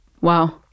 wow